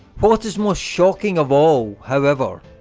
what is most shocking of all however,